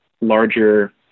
larger